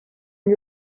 lui